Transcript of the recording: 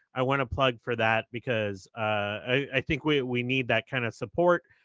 i want a plug for that because i think we we need that kind of support.